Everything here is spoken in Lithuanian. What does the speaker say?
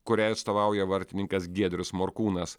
kuriai atstovauja vartininkas giedrius morkūnas